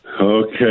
Okay